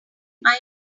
know